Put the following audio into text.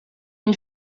une